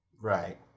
Right